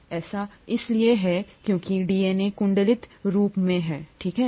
ऐसा इसलिए है क्योंकि डीएनए कुंडलित रूप में है ठीक है